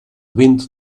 wind